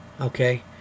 Okay